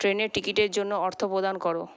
ট্রেনের টিকিটের জন্য অর্থ প্রদান করো